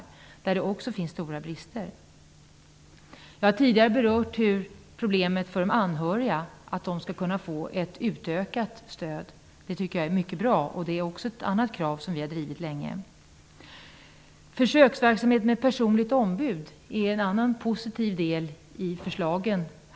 Det är ett område där det också finns stora brister. Jag har tidigare berört problemet för de anhöriga. De skall få ett utökat stöd. Det är bra. Det är också ett krav som vi har drivit länge. Försöksverksamhet med personligt ombud är också en positiv del i förslagen.